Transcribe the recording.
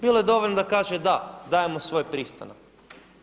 Bilo je dovoljno da kaže da, dajemo svoj pristanak.